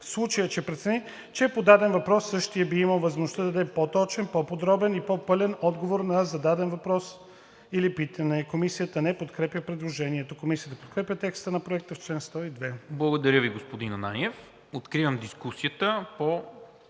в случай че прецени, че по даден въпрос същият би имал възможността да даде по-точен, по-подробен и по-пълен отговор на зададения въпрос и/или питане.“ Комисията не подкрепя предложението. Комисията подкрепя текста на Проекта за чл. 102. ПРЕДСЕДАТЕЛ НИКОЛА МИНЧЕВ: Откривам дискусията по